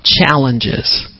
challenges